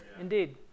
Indeed